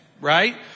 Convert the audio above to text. right